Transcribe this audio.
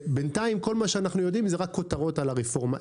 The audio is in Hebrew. ובינתיים כל מה שאנחנו יודעים זה רק כותרות על הרפורמה,